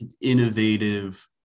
innovative